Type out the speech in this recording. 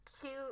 cute